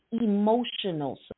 emotional